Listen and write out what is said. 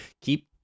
keep